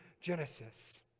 Genesis